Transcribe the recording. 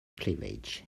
cleavage